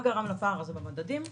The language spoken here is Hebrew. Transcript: מה גרם לפער במדדים?